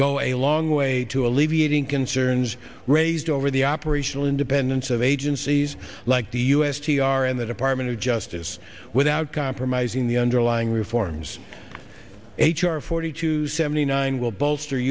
go a long way to alleviating concerns raised over the operational independence of agencies like the u s t r in the department of justice without compromising the underlying reforms h r forty two seventy nine will bo